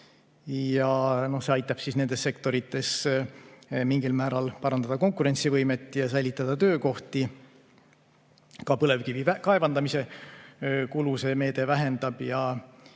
See aitab nendes sektorites mingil määral parandada konkurentsivõimet ja säilitada töökohti. Ka põlevkivi kaevandamise kulu see meede vähendab ja